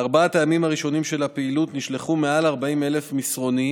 בארבעת הימים הראשונים של הפעילות נשלחו מעל 40,000 מסרונים,